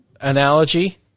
analogy